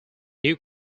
new